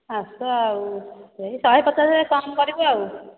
ଆସ ଆଉ ସେଇ ଶହେ ପଚାଶ କମ୍ କରିବୁ ଆଉ